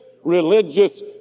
Religious